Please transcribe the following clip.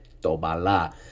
tobala